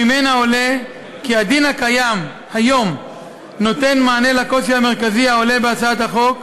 ממנה עולה כי הדין הקיים היום נותן מענה לקושי המרכזי העולה בהצעת החוק,